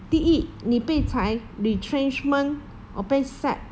第一你被裁 retrenchment or 被 sack